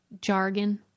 jargon